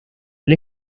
del